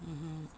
mmhmm